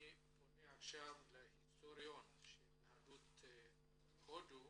אני פונה עכשיו להיסטוריון של יהדות הודו,